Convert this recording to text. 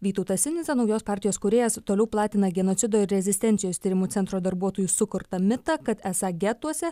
vytautas sinica naujos partijos kūrėjas toliau platina genocido ir rezistencijos tyrimų centro darbuotojų sukurtą mitą kad esą getuose